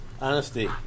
Honesty